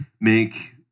make